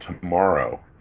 tomorrow